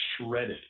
shredded